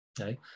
Okay